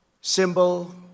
symbol